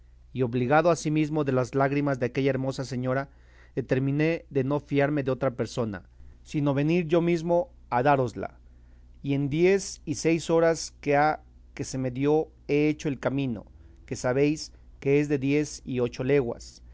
y obligado asimesmo de las lágrimas de aquella hermosa señora determiné de no fiarme de otra persona sino venir yo mesmo a dárosla y en diez y seis horas que ha que se me dio he hecho el camino que sabéis que es de diez y ocho leguas